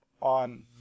on